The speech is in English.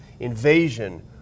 invasion